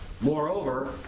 Moreover